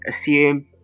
assume